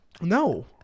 No